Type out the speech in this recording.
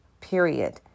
period